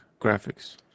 graphics